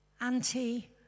anti